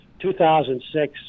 2006